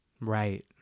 Right